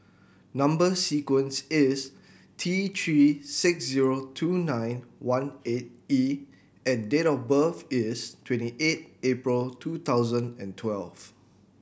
number sequence is T Three six zero two nine one eight E and date of birth is twenty eight April two thousand and twelve